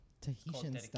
Tahitian